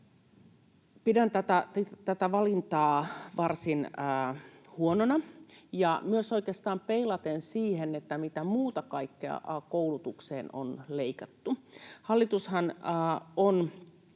Pidän tätä valintaa varsin huonona myös oikeastaan peilaten siihen, mitä kaikkea muuta koulutuksesta on leikattu. Hallitushan on